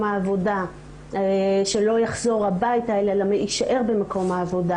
העבודה שלא יחזור הביתה אלא יישאר במקום העבודה.